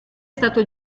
stato